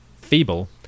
feeble